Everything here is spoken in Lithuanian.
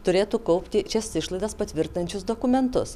turėtų kaupti šias išlaidas patvirtinančius dokumentus